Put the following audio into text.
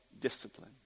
discipline